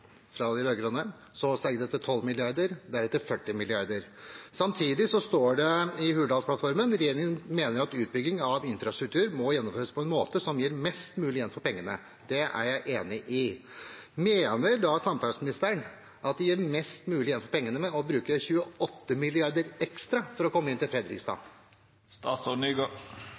til 40 mrd. kr. Samtidig står det i Hurdalsplattformen at «[r]egjeringen mener at utbygging av infrastruktur må gjennomføres på en måte som gir mest mulig igjen for pengene». Det er jeg enig i. Mener da samferdselsministeren at det gir mest mulig igjen for pengene å bruke 28 mrd. kr ekstra for å komme inn til